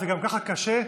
זה גם ככה קשה.